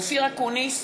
אופיר אקוניס,